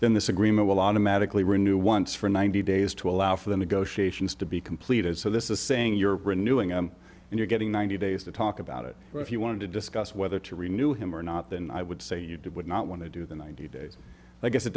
then this agreement will automatically renew once for ninety days to allow for the negotiations to be completed so this is saying you're renewing and you're getting ninety days to talk about it if you wanted to discuss whether to renew him or not than i would say you did not want to do the ninety days i guess it